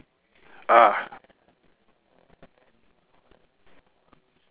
ah